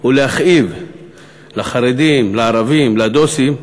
ולהכאיב לחרדים, לערבים, לדוסים,